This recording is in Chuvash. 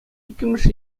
иккӗмӗш